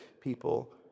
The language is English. people